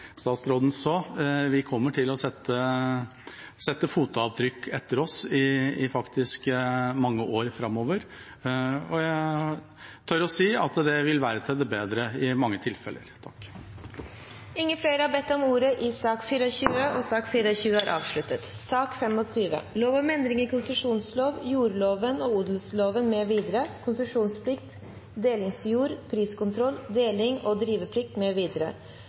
statsråden sa, så kommer vi til å sette fotavtrykk etter oss i mange år framover, og jeg tør å si at det vil være til det bedre i mange tilfeller. Flere har ikke bedt om ordet til sak nr. 24. Ingen har bedt om ordet til sak nr. 25. Sakene 26–36 er andre gangs behandling av lovsaker, og presidenten vil foreslå at sakene behandles under ett. – Det anses vedtatt. Ingen har bedt om